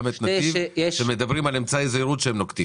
את נתיב שמדברים על אמצעי זהירות שהם נוקטים.